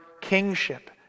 kingship